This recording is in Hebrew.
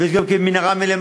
ויש גם כן מנהרה מלמטה.